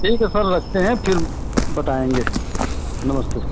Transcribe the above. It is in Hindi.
ठीक है सर रखते हैं फिर बताएँगे नमस्ते